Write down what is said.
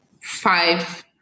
five